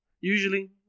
Usually